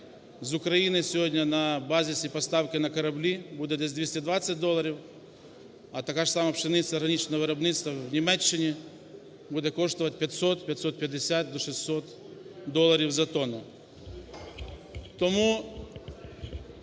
з України сьогодні на базисні поставки на кораблі буде десь 220 доларів, а така ж сама пшениця органічного виробництва в Німеччині буде коштувати 500-550, до 600 доларів за тонну.